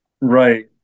Right